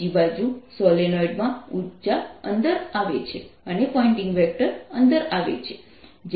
બીજી બાજુ સોલેનોઇડમાં ઉર્જા અંદર આવે છે અને પોઇન્ટિંગ વેક્ટર અંદર આવે છે